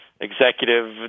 executive